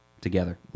together